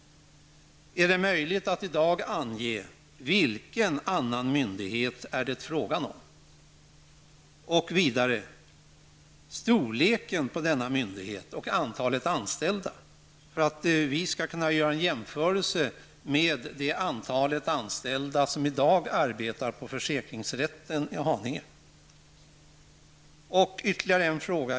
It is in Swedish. Är det möjligt att i dag ange vilken annan myndighet det är fråga om? Hur är det med storleken på denna myndighet och antalet anställda? För att vi skall kunna göra en jämförelse med det antal anställda som i dag arbetar på försäkringsrätten i Haninge krävs ett svar på denna fråga.